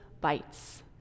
bites